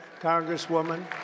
Congresswoman